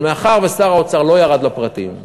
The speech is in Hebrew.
אבל מאחר ששר האוצר לא ירד לפרטים,